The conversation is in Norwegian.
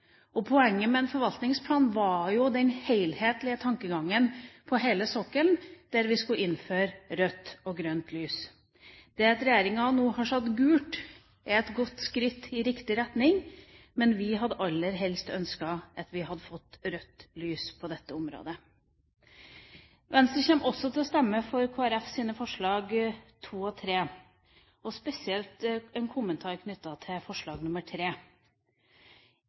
området. Poenget med en forvaltningsplan var jo den helhetlige tankegangen om hele sokkelen, der vi skulle innføre rødt og grønt lys. Det at regjeringen nå har satt gult lys, er et godt skritt i riktig retning, men vi hadde aller helst ønsket at man hadde fått rødt lys på dette området. Venstre kommer også til å stemme for Kristelig Folkepartis forslag, nr. 2 og 3. Jeg har en kommentar spesielt knyttet til forslag